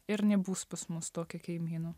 ir nebus pas mus tokio kaimynų